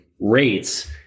rates